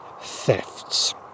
thefts